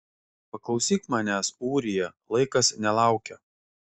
paklausyk manęs ūrija laikas nelaukia